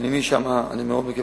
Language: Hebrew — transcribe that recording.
העירייה מתריעה בפני בעלי כלי-הרכב